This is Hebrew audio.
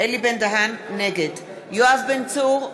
נגד יואב בן צור,